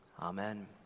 Amen